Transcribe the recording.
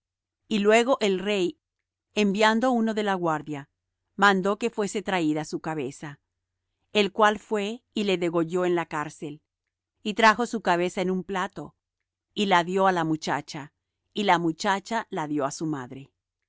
y luego el rey enviando uno de la guardia mandó que fuese traída su cabeza el cual fué y le degolló en la cárcel y trajó su cabeza en un plato y la dió á la muchacha y la muchacha la dió á su madre